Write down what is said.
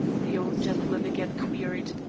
the old gentleman again queried,